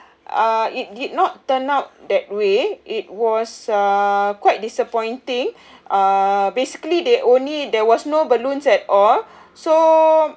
uh it did not turned out that way it was uh quite disappointing uh basically they only there was no balloons at all so